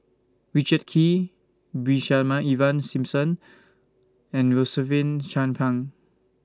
Richard Kee Brigadier Ivan Simson and Rosaline Chan Pang